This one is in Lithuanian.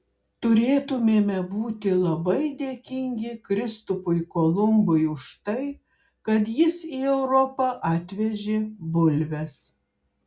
turėtumėme būti labai dėkingi kristupui kolumbui už tai kad jis į europą atvežė bulves